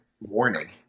warning